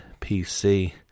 PC